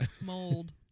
mold